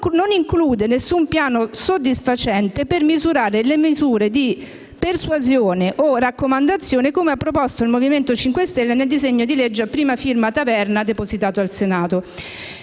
non include alcun piano soddisfacente per migliorare le misure di persuasione o raccomandazione, come proposto dal Movimento 5 Stelle nel disegno di legge a prima firma della senatrice Taverna, depositato in Senato.